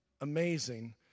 amazing